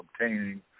obtaining